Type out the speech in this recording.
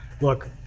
look